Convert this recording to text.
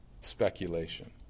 speculation